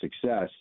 success